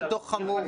מה דוח חמור?